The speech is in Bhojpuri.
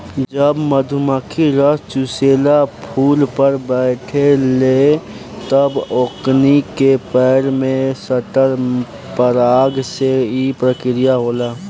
जब मधुमखी रस चुसेला फुल पर बैठे ले तब ओकनी के पैर में सटल पराग से ई प्रक्रिया होला